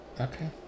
Okay